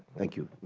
thank you,